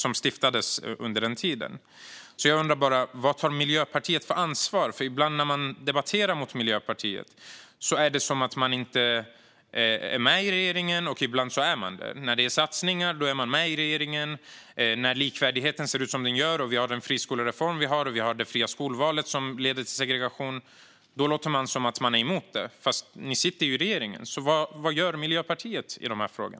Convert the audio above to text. Jag bara undrar vad Miljöpartiet tar för ansvar. Ibland när Miljöpartiet debatterar är det som att man inte är med i regeringen, och ibland är man det. När det är satsningar är man med i regeringen. När likvärdigheten ser ut som den gör, när vi har den friskolereform vi har och när det fria skolvalet leder till segregation, då låter man som att man är emot det. Men ni sitter ju i regeringen, så vad gör Miljöpartiet i dessa frågor?